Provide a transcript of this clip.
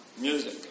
music